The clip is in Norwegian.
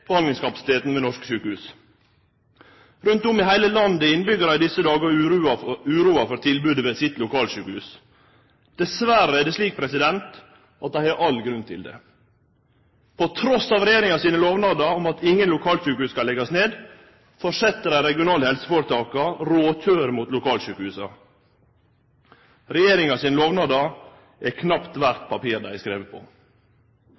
behandlingskapasiteten ved norske sjukehus. Rundt om i heile landet er innbyggjarar i desse dagar uroa for tilbodet ved sitt lokalsjukehus. Dessverre er det slik at dei har all grunn til det. Trass i regjeringa sine lovnader om at ingen lokalsjukehus skal leggjast ned, fortset dei regionale helseforetaka råkjøret mot lokalsjukehusa. Regjeringa sine lovnader er knapt verde papiret dei er skrivne på.